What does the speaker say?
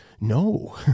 no